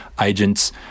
agents